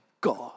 God